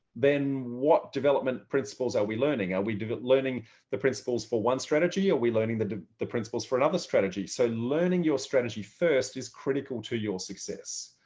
then what development principles are we learning? are we learning the principles for one strategy? are we learning the the principles for another strategy? so learning your strategy first is critical to your success.